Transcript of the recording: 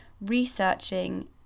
researching